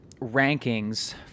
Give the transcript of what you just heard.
rankings